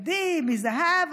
בדים מזהב,